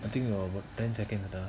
I think got about ten seconds ah